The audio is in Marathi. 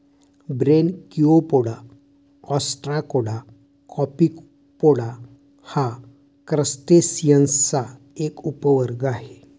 ब्रेनकिओपोडा, ऑस्ट्राकोडा, कॉपीपोडा हा क्रस्टेसिअन्सचा एक उपवर्ग आहे